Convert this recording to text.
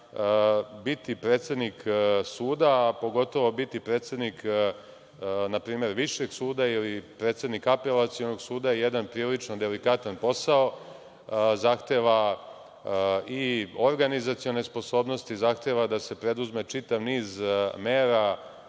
biti predsednik suda, a pogotovo biti predsednik, na primer Višeg suda ili predsednik Apelacionog suda, je jedan prilično delikatan posao. Zahteva i organizacione sposobnosti, zahteva da se preduzme čitav niz mera